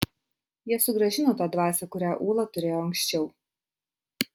jie sugrąžino tą dvasią kurią ūla turėjo anksčiau